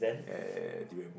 eh durian